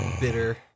Bitter